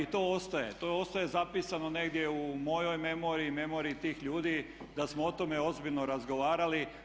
I to ostaje, to ostaje zapisano negdje u mojoj memoriji, memoriji tih ljudi da smo o tome ozbiljno razgovarali.